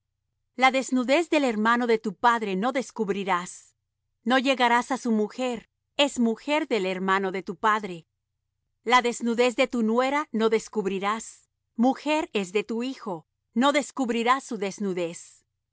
la desnudez del hermano de tu padre no descubrirás no llegarás á su mujer es mujer del hermano de tu padre la desnudez de tu nuera no descubrirás mujer es de tu hijo no descubrirás su desnudez